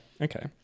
okay